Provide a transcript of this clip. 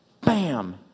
bam